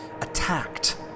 attacked